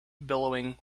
billowing